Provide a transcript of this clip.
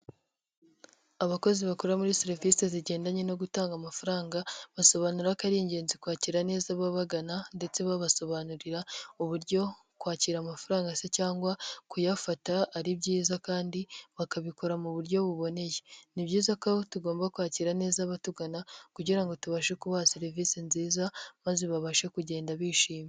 Abakozi bakora muri serivisi zigendanye no gutanga amafaranga, basobanura ko ari ingenzi kwakira neza ababagana ndetse babasobanurira uburyo kwakira amafaranga se cyangwa kuyafata ari byiza kandi bakabikora mu buryo buboneye. Ni byiza ko tugomba kwakira neza abatugana kugira ngo tubashe kubaha serivisi nziza maze babashe kugenda bishimye.